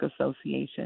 Association